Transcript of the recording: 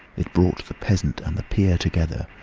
it brought the peasant and the peer together,